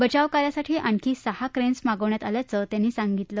बचावकार्यासाठी आणखी सहा क्रेन्स मागवण्यात आल्याचं त्यांनी सागितलं